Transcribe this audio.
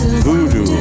Voodoo